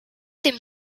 dem